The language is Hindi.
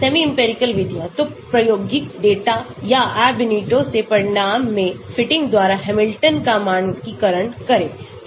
सेमीइंपिरिकल विधि तो प्रायोगिक डेटा या Ab initio से परिणाम में फिटिंग द्वारा हैमिल्टनियन का मानकीकरण करें